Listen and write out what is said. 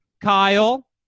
Kyle